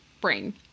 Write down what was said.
brain